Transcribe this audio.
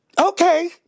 okay